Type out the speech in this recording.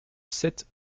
sept